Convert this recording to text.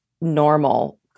normal